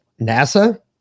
NASA